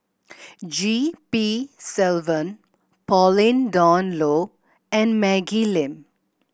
G P Selvam Pauline Dawn Loh and Maggie Lim